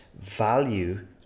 value